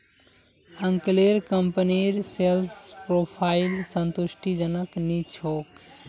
अंकलेर कंपनीर sales profile संतुष्टिजनक नी छोक